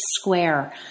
square